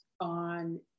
on